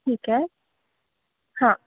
ठीक आहे हां